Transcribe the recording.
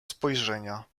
spojrzenia